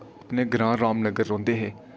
अपने ग्रां रामनगर रौंह्दे हे